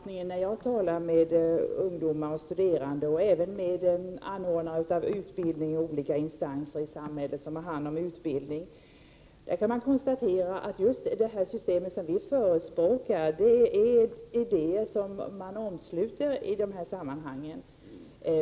När jag talar med ungdomar och studerande, och även med anordnare av utbildning inom olika instanser i samhället, får jag inte uppfattningen att vi saknar stöd. Jag kan konstatera att just det system som vi förespråkar innehåller idéer som dessa människor omfattar.